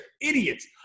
idiots